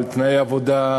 על תנאי עבודה,